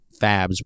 fabs